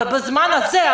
בזמן הזה,